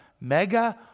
mega